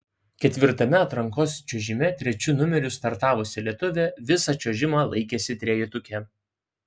ketvirtame atrankos čiuožime trečiu numeriu startavusi lietuvė visą čiuožimą laikėsi trejetuke